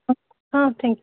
অঁ thank U